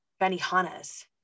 Benihana's